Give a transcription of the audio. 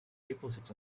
deposits